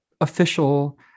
official